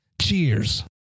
Cheers